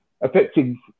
affecting